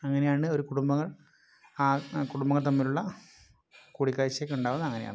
അങ്ങനെയാണ് ഒരു കുടുംബങ്ങൾ ആ കുടുംബങ്ങൾ തമ്മിലുള്ള കൂടിക്കാഴ്ചയൊക്കെ ഉണ്ടാവുന്നത് അങ്ങനെയാണ്